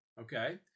Okay